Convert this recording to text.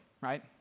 right